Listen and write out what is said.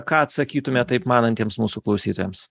ką atsakytumėt taip manantiems mūsų klausytojams